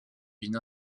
d’une